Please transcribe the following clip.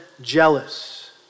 jealous